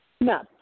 No